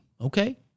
okay